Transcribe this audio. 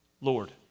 Lord